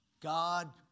God